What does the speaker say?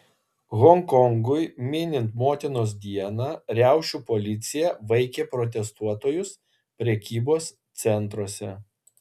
honkongui minint motinos dieną riaušių policija vaikė protestuotojus prekybos centruose